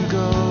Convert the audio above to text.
go